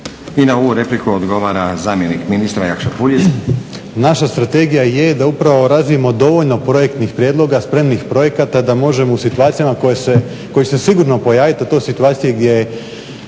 I na ovu repliku odgovara zamjenik ministra Jakša Puljiz.